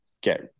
get